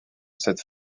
cette